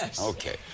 Okay